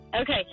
Okay